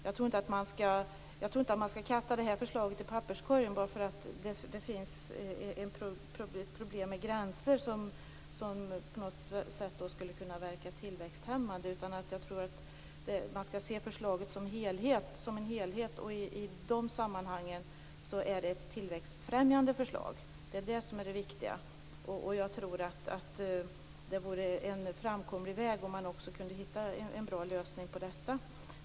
Jag tror inte att man skall kasta förslaget i papperskorgen bara därför att det finns problem med gränsdragning som på något sätt skulle kunna verka tillväxthämmande. Jag tror att man skall se förslaget som en helhet. I det avseendet är det ett tillväxtfrämjande förslag. Det är det som är det viktiga. Jag tror att det vore en framkomlig väg om man kunde hitta en bra lösning på detta.